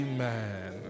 Amen